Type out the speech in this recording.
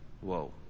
Whoa